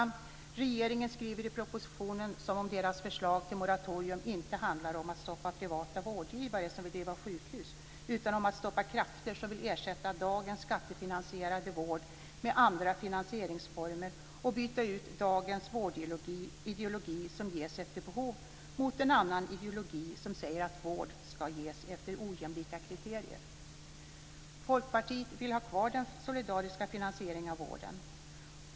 När regeringen skriver i propositionen låter det som om deras förslag till moratorium inte handlar om att stoppa privata vårdgivare som vill driva sjukhus utan om att stoppa krafter som vill ersätta dagens skattefinansierade vård med andra finansieringsformer och byta ut dagens vårdideologi - där vård ges efter behov - mot en annan ideologi som säger att vård ska ges efter ojämlika kriterier. Folkpartiet vill ha kvar den solidariska finansieringen av vården.